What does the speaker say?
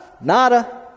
Nada